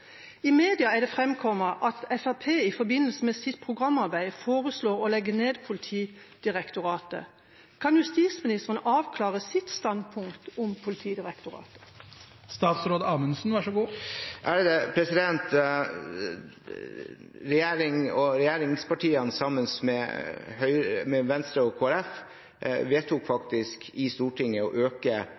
I media er det framkommet at Fremskrittspartiet i forbindelse med sitt programarbeid foreslår å legge ned Politidirektoratet. Kan justisministeren avklare sitt standpunkt når det gjelder Politidirektoratet? Regjeringspartiene sammen med Venstre og Kristelig Folkeparti vedtok faktisk i Stortinget å øke